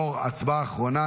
הצבעה האחרונה.